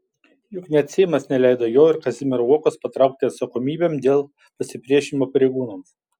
juk net seimas neleido jo ir kazimiero uokos patraukti atsakomybėn dėl pasipriešinimo pareigūnams